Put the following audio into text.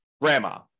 grandma